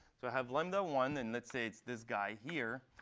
so i have lambda one, and let's say it's this guy here.